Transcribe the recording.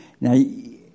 Now